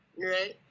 right